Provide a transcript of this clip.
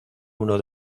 uno